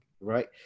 right